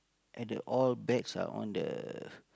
at the all bags are on the